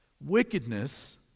Wickedness